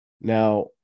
now